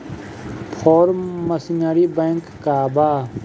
Form machinery bank का बा?